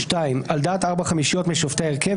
על דעת ארבע חמישיות משופטי ההרכב,